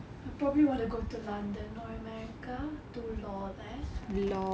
I probably want to go to london or America do law there